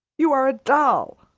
you are a doll!